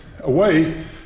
away